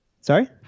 sorry